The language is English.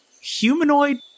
humanoid